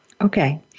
Okay